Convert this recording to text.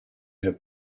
have